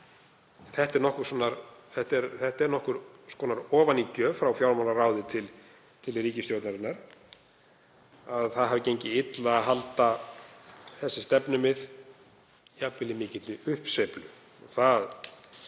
Þetta er nokkuð augljós ofanígjöf frá fjármálaráði til ríkisstjórnarinnar, að það hafi gengið illa að halda þessi stefnumið, jafnvel í mikilli uppsveiflu. Það